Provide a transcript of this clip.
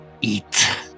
eat